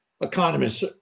economists